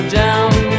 down